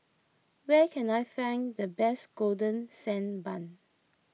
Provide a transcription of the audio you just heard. where can I find the best Golden Sand Bun